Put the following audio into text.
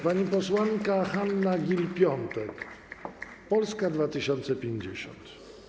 Pani posłanka Hanna Gill-Piątek, Polska 2050.